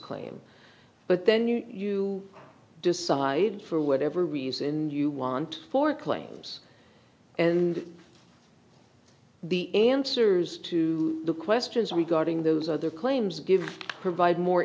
claim but then you decide for whatever reason you want for claims and the answers to the questions regarding those other claims give provide more